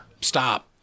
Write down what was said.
stop